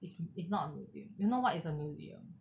it's it's not a museum you know what is a museum